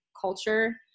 culture